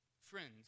Friends